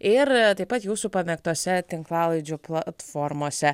ir taip pat jūsų pamėgtose tinklalaidžių platformose